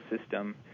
system